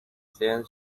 changed